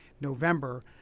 November